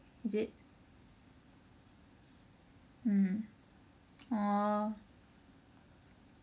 mm orh